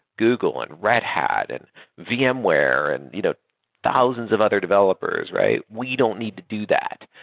google, and red hat, and vmware and you know thousands of other developers, right? we don't need to do that.